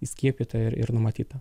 įskiepyta ir ir numatyta